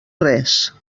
res